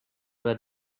read